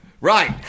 Right